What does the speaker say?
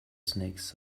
snakes